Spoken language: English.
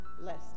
Blessed